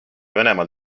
venemaal